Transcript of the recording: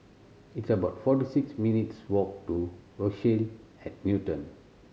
it's about forty six minutes' walk to Rochelle at Newton